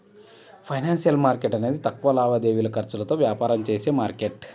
financial market అనేది తక్కువ లావాదేవీ ఖర్చులతో వ్యాపారం చేసే మార్కెట్